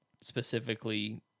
specifically